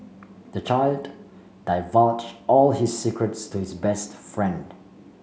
the child divulge all his secrets to his best friend